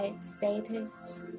status